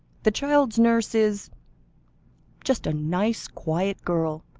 the child's nurse is just a nice, quiet girl,